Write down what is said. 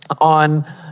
on